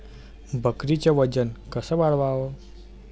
बकरीचं वजन कस वाढवाव?